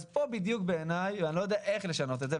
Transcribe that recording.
אז פה בדיוק בעיניי ואני לא יודע איך לשנות את זה,